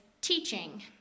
teaching